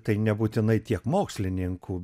tai nebūtinai tiek mokslininkų